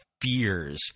fears